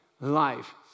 life